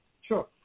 Sure